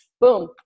boom